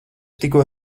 tikko